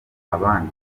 abandi